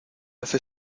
hace